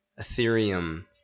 Ethereum